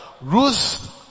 Ruth